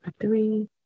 three